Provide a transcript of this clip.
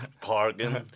Parking